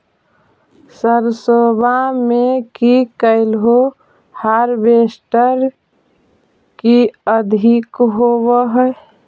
सरसोबा मे की कैलो हारबेसटर की अधिक होब है?